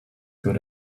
good